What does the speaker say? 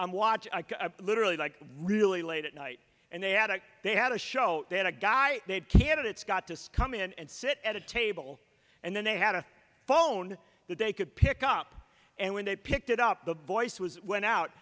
and watch literally like really late at night and they had they had a show they had a guy they'd candidates got to come in and sit at a table and then they had a phone that they could pick up and when they picked it up the voice was went out